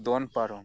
ᱫᱚᱱ ᱯᱟᱨᱚᱢ